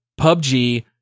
PUBG